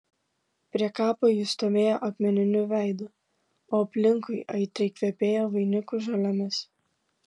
prie kapo jis stovėjo akmeniniu veidu o aplinkui aitriai kvepėjo vainikų žolėmis